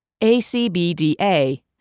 ACBDA